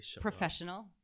professional